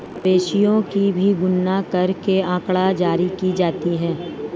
मवेशियों की भी गणना करके आँकड़ा जारी की जाती है